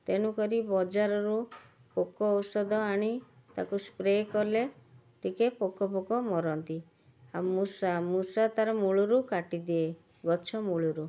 ତେଣୁକରି ବଜାରରୁ ପୋକ ଔଷଧ ଆଣି ତାକୁ ସ୍ପ୍ରେ କଲେ ଟିକେ ପୋକ ପୋକ ମରନ୍ତି ଆଉ ମୂଷା ମୂଷା ତାର ମୂଳରୁ କାଟିଦିଏ ଗଛ ମୂଳରୁ